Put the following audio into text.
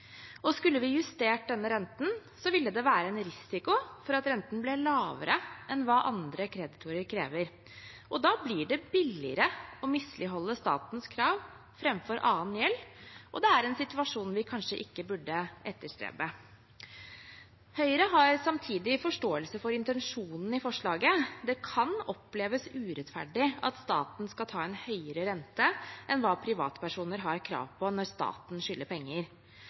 Skulle vi justert denne renten, ville det være en risiko for at renten ble lavere enn hva andre kreditorer krever. Da blir det billigere å misligholde statens krav framfor annen gjeld, og det er en situasjon vi kanskje ikke burde etterstrebe. Høyre har samtidig forståelse for intensjonen i forslaget. Det kan oppleves urettferdig at staten skal ta en høyere rente enn hva privatpersoner har krav på når staten skylder penger.